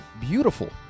beautiful